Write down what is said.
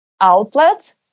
outlet